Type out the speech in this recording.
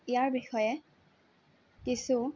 ইয়াৰ বিষয়ে কিছু